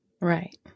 Right